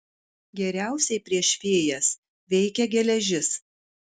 geriausiai prieš fėjas veikia geležis